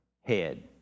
head